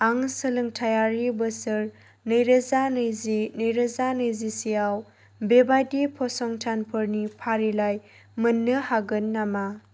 आं सोलोंथाइयारि बोसोर नैरोजा नैजि नैरोजा नैजिसेयाव बेबायदि फसंथानफोरनि फारिलाइ मोन्नो हागोन नामा